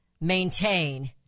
maintain